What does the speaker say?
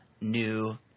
new